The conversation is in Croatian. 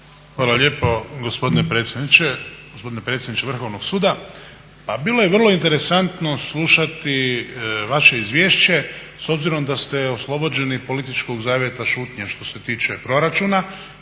Hvala lijepo gospodine predsjedniče. Gospodine predsjedniče Vrhovnog suda, pa bio je vrlo interesantno slušati vaše izvješće s obzirom da ste oslobođeni političkog zavjeta šutnje što se tiče proračuna